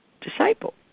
disciple